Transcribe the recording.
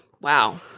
wow